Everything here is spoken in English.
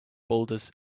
boulders